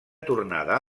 tornada